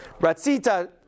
Ratzita